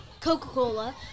Coca-Cola